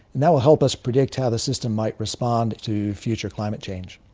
that will help us predict how the system might respond to future climate change.